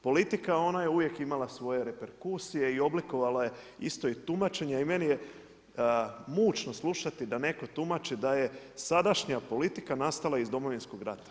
Politika, ona je uvijek imala svoje reperkusije i oblikovala je isto i tumačenje i meni je mučno slušati da netko tumači da je sadašnja politika nastala iz Domovinskog rata.